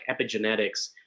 epigenetics